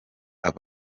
abo